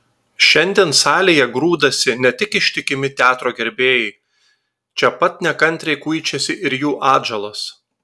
šiandien salėje grūdasi ne tik ištikimi teatro gerbėjai čia pat nekantriai kuičiasi ir jų atžalos